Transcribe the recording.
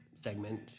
segment